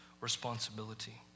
responsibility